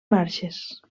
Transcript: marxes